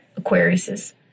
Aquariuses